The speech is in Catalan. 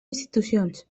institucions